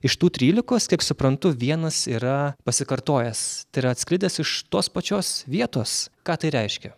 iš tų trylikos kiek suprantu vienas yra pasikartojęs tai yra atskridęs iš tos pačios vietos ką tai reiškia